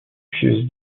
pieuse